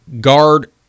guard